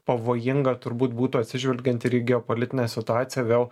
pavojinga turbūt būtų atsižvelgiant ir į geopolitinę situaciją vėl